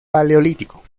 paleolítico